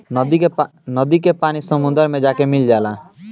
नदी के पानी समुंदर मे जाके मिल जाला